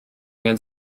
angen